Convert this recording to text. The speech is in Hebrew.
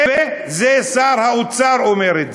ואת זה שר האוצר אומר.